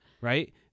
Right